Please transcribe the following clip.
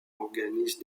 organise